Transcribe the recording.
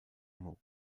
mot